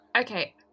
okay